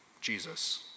Jesus